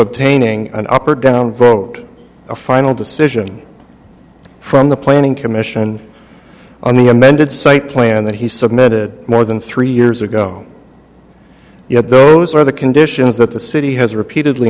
obtaining an up or down vote a final decision from the planning commission on the amended site plan that he submitted more than three years ago yet those are the conditions that the city has repeatedly